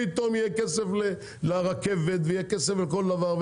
פתאום יהיה כסף לרכבת ויהיה כסף לכל דבר,